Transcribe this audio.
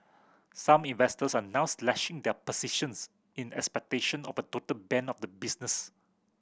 some investors are now slashing their positions in expectation of a total ban of the business